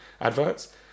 adverts